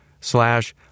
slash